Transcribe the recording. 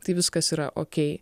tai viskas yra okei